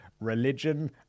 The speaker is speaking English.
religion